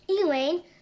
Elaine